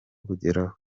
kugeraho